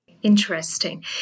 Interesting